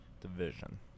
Division